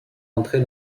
entrer